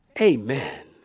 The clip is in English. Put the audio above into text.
Amen